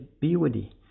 beauty